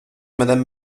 madame